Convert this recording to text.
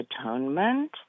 atonement